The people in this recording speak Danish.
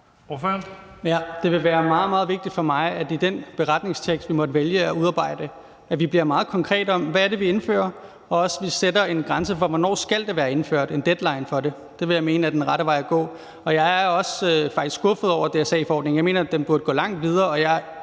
Ja, det vil være meget, meget vigtigt for mig, at vi i den beretningstekst, vi måtte vælge at udarbejde, bliver meget konkrete på, hvad det er, vi indfører, og at vi også sætter en grænse for, hvornår det skal være indført, altså en deadline for det. Det vil jeg mene er den rette vej at gå, og jeg er faktisk også skuffet over DSA-forordningen. Jeg mener, den burde gå langt videre,